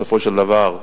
בסופו של דבר,